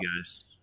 guys